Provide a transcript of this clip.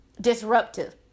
disruptive